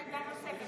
הם רוצים עמדה נוספת,